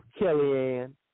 Kellyanne